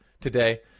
today